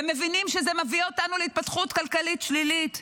הם מבינים שזה מביא אותנו להתפתחות כלכלית שלילית.